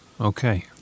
Okay